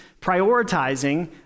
prioritizing